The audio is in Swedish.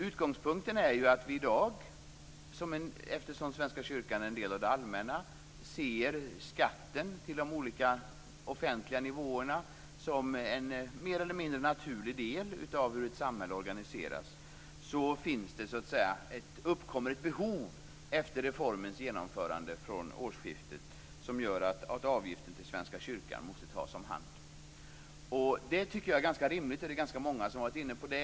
Utgångspunkten är att vi i dag - eftersom Svenska kyrkan är en del av det allmänna - ser skatten till de olika offentliga nivåerna som en mer eller mindre naturlig del av hur ett samhälle organiseras, och det uppkommer ett behov efter reformens genomförande vid årsskiftet att avgiften till Svenska kyrkan tas om hand. Det tycker jag är ganska rimligt. Det är många som har varit inne på det.